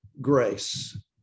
grace